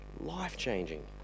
life-changing